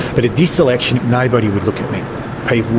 but at this election nobody would look at me.